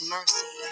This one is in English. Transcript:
Mercy